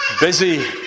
Busy